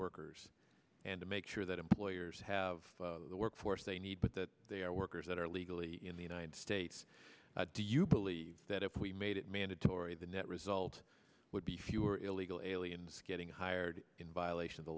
workers and to make sure that employers have the workforce they need but that they are workers that are illegally in the united states do you believe that if we made it mandatory the net result would be fewer illegal aliens getting hired in violation of the